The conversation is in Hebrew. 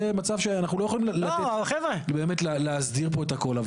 זה מצב שבו אנחנו באמת לא יכולים להסדיר פה את הכל.